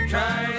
Try